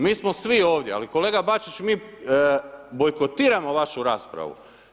Mi smo svi ovdje, ali kolega Bačić mi bojkotiramo vašu raspravu.